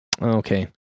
Okay